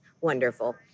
wonderful